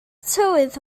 tywydd